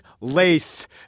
Lace